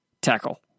Tackle